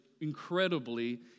incredibly